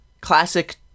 classic